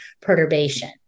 perturbation